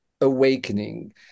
awakening